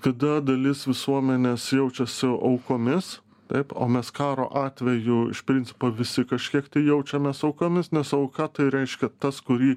tada dalis visuomenės jaučiasi aukomis taip o mes karo atveju iš principo visi kažkiek tai jaučiamės aukomis nes auka tai reiškia tas kurį